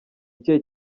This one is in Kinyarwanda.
ikihe